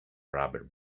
rubber